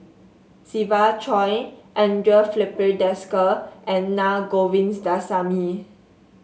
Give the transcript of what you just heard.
Siva Choy Andre Filipe Desker and Na Govindasamy